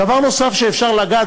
דבר נוסף שאפשר לגעת,